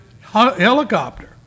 helicopter